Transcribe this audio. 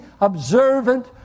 observant